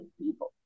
people